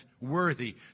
worthy